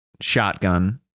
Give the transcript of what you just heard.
shotgun